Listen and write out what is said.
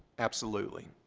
absolutely.